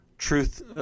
Truth